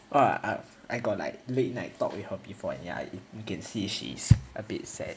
!wah! I got like late night talk with her before and ya you can see she's a bit sad